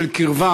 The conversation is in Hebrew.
של קרבה